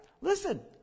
Listen